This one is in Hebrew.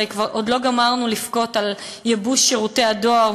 הרי עוד לא גמרנו לבכות על ייבוש שירותי הדואר,